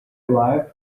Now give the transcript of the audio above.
arrived